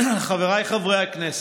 חבריי חברי הכנסת,